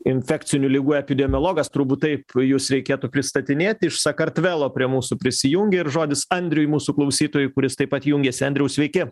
infekcinių ligų epidemiologas turbūt taip jus reikėtų pristatinėti iš sakartvelo prie mūsų prisijungė ir žodis andriui mūsų klausytojui kuris taip pat jungiasi andriau sveiki